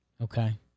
Okay